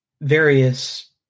various